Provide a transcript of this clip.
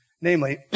Namely